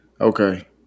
Okay